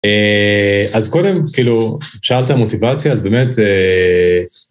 אז קודם, כאילו, שאלת על מוטיבציה, אז באמת...